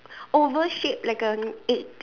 oval shaped like an egg